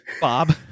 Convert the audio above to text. Bob